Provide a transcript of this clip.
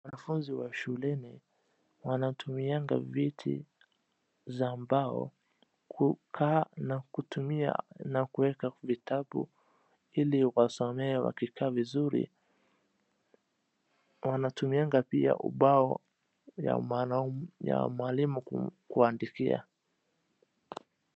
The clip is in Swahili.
Wanafunzi wa shuleni wanatumianga viti za mbao kukaa na kutumia na kuweka vitabu ili wasomee wakikaa vizuri. Wanatumianga pia ubao ya mwalimu kuandikia.